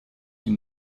die